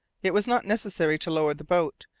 it was not necessary to lower the boat,